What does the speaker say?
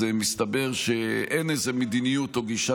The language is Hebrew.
אז מסתבר שאין איזו מדיניות או גישה